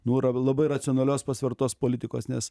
nu r labai racionalios pasvertos politikos nes